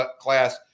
class